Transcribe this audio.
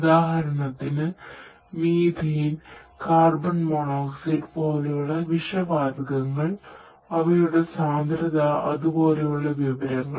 ഉദാഹരണത്തിന് methane carbon monoxide പോലെയുള്ള വിഷവാതകങ്ങൾ അവയുടെ സാന്ദ്രത അതുപോലെയുള്ള വിവരങ്ങൾ